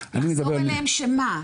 לחזור אליהם שמה?